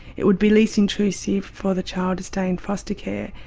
it would be less intrusive for the child to stay in foster care,